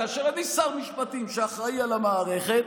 כאשר אני שר משפטים שאחראי למערכת,